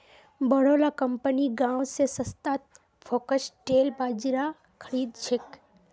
बोरो ला कंपनि गांव स सस्तात फॉक्सटेल बाजरा खरीद छेक